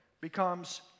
becomes